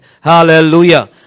Hallelujah